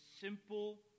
simple